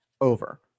over